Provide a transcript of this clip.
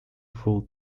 full